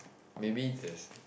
maybe there's